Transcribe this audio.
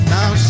Now